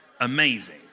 amazing